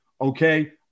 okay